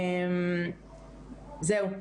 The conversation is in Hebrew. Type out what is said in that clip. זהו.